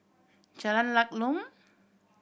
Jalan Lakum